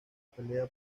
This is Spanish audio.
pelea